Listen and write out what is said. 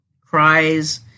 Cries